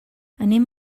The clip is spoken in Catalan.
anem